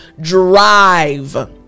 drive